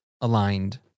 aligned